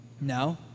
No